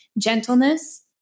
Gentleness